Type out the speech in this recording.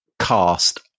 cast